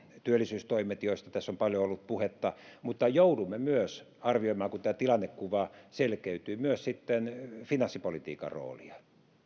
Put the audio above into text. työllisyystoimet joista tässä on paljon ollut puhetta mutta joudumme arvioimaan kun tämä tilannekuva selkeytyy myös finanssipolitiikan roolia